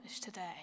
today